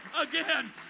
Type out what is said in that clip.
again